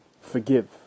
forgive